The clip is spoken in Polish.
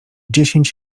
dziesięć